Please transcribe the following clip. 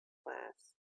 class